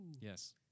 yes